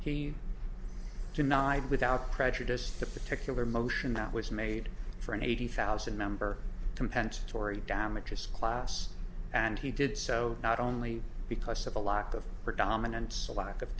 he denied without prejudice the particular motion that was made for an eighty thousand member compensatory damages class and he did so not only because of a lack of predominance a lack of